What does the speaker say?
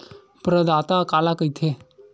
प्रदाता काला कइथे?